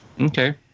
Okay